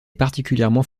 particulièrement